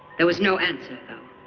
there was no answer, though.